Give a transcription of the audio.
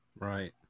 Right